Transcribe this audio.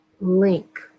link